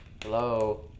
Hello